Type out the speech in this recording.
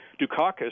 Dukakis